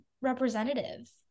representative